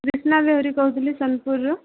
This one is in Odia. ରେସ୍ନା ଦେହୁରୀ କୋହୁଥୁଲି ସୋନପୁରରୁ